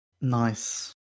Nice